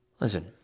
Listen